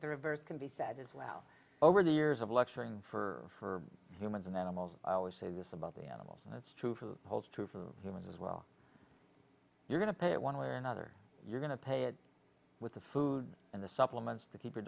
the reverse can be said as well over the years of lecturing for humans and animals i always say this about the animals that's true who holds true for humans as well you're going to pay it one way or another you're going to pay it with the food and the supplements to keep your